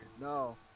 No